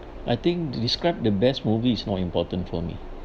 I think describe the best movie is not important for me